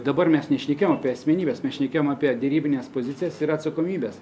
dabar mes nešnekėjom apie asmenybes mes šnekėjom apie derybines pozicijas ir atsakomybes